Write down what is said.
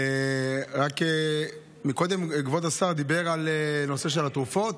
רק שקודם כבוד השר דיבר על הנושא של התרופות,